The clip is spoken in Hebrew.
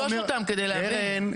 תפגוש אותם כדי להבין.